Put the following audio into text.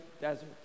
desert